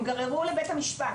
הם גררו לבית המשפט,